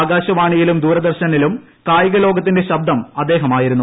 ആകാശവാണിയിലും ദൂരദർശനിലും കായിക്ട്രോക്ത്തിന്റെ ശബ്ദം അദ്ദേഹമായിരുന്നു